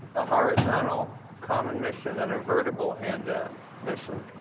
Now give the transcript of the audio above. a horizontal common mission and a vertical handout mission.